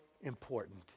important